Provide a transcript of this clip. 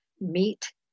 Meet